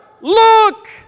look